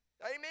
Amen